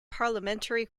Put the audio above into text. parliamentary